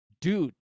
dude